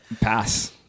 pass-